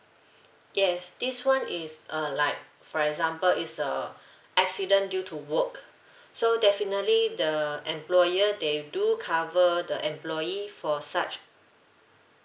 yes this [one] is uh like for example is a accident due to work so definitely the employer they do cover the employee for such